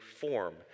form